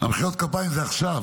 מחיאות כפיים זה עכשיו.